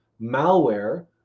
Malware